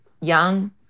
young